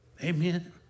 Amen